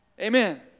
Amen